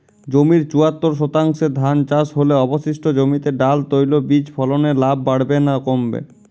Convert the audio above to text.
জমির চুয়াত্তর শতাংশে ধান চাষ হলে অবশিষ্ট জমিতে ডাল তৈল বীজ ফলনে লাভ বাড়বে না কমবে?